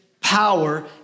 power